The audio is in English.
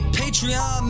patreon